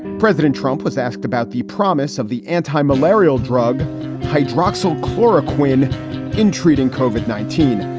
president trump was asked about the promise of the anti-malarial drug hydroxyl chloroquine entreating cauvin, nineteen.